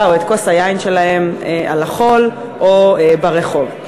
או את כוס היין שלהם על החול או ברחוב.